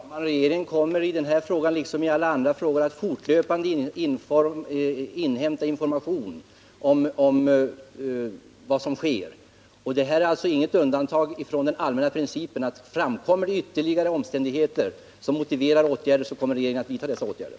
Herr talman! Regeringen kommer i denna fråga, liksom i alla andra frågor, att fortlöpande inhämta information om vad som sker. Detta är alltså inget undantag från den allmänna principen att om det framkommer ytterligare omständigheter som motiverar åtgärder, så kommer regeringen att vidta dessa åtgärder.